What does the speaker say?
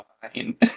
fine